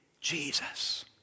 Jesus